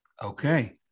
Okay